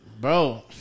Bro